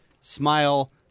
smile